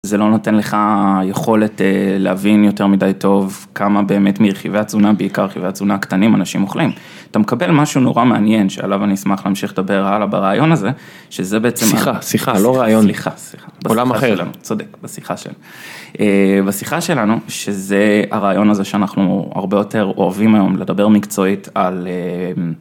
זה לא נותן לך יכולת להבין יותר מדי טוב כמה באמת מרכיבי התזונה, בעיקר מרכיבי התזונה הקטנים אנשים אוכלים. אתה מקבל משהו נורא מעניין שעליו אני אשמח להמשיך לדבר הלאה ברעיון הזה, שזה בעצם... שיחה, שיחה, לא ראיון. סליחה, סליחה. עולם אחר. צודק, בשיחה שלנו. בשיחה שלנו, שזה הרעיון הזה שאנחנו הרבה יותר אוהבים היום לדבר מקצועית על...